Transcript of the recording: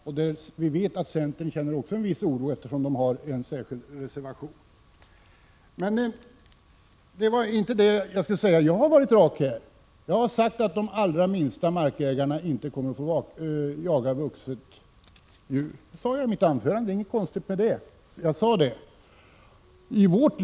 Men det framgår att också centern känner en viss oro, eftersom man har avgett en reservation. Det var dock inte detta jag skulle tala om. Jag har talat rakt på sak här. Jag har alltså sagt att de allra minsta markägarna inte kommer att få jaga vuxet djur. Det sade jag i mitt huvudanförande, och det är inget konstigt med det.